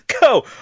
Go